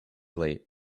late